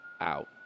Out